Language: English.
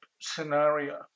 scenario